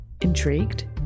Intrigued